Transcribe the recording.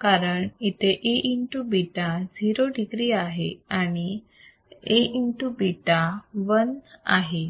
कारण इथे Aβ 0 degree आहे आणि A into β 1 आहे